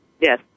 Yes